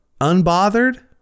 Unbothered